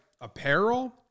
apparel